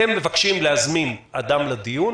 אתם מבקשים להזמין אדם לדיון.